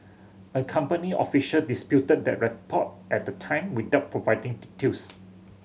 a company official disputed that report at the time without providing details